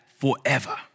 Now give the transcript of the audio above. forever